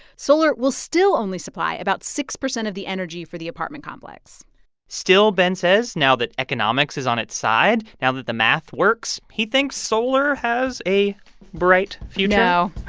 solar will still only supply about six percent of the energy for the apartment complex still, ben says, now that economics is on its side, now that the math works, he thinks solar has a bright future no.